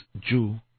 Jew